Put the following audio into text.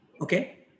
Okay